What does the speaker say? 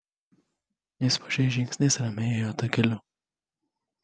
jis plačiais žingsniais ramiai ėjo takeliu